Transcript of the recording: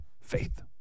Faith